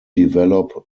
develop